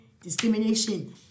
discrimination